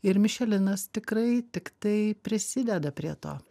ir mišelinas tikrai tik tai prisideda prie to